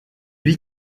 lui